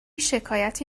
شکایتی